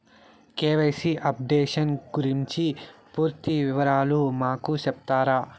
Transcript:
KYC updation గురించి పూర్తి వివరాలు మాకు సెప్తారా?